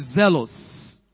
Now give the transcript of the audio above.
zealous